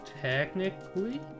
technically